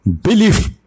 Belief